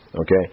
Okay